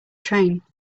train